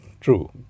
true